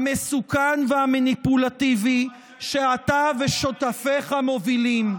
המסוכן והמניפולטיבי שאתה ושותפיך מובילים.